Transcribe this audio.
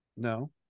no